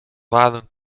waren